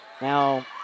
Now